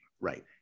Right